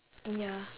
ya